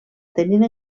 tenint